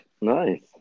Nice